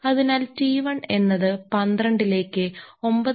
അതിനാൽ T1 എന്നത് 12 ലേക്ക് 9